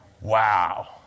Wow